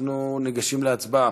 אנחנו ניגשים להצבעה.